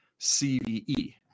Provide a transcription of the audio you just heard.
CVE